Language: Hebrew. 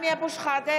מי ניצח בירדן, כשהיית,